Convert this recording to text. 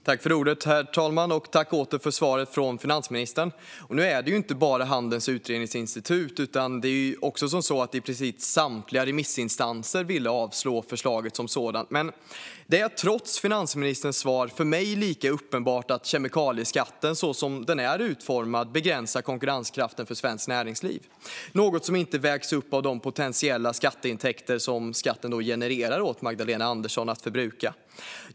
Herr talman! Tack, återigen, för svaret från finansministern! Nu är det inte bara fråga om Handelns utredningsinstitut, utan i princip samtliga remissinstanser avstyrkte förslaget. Det är trots finansministerns svar för mig lika uppenbart att kemikalieskatten, så som den är utformad, begränsar konkurrenskraften för svenskt näringsliv. Det är något som inte vägs upp av de potentiella skatteintäkter som skatten genererar åt Magdalena Andersson att förbruka.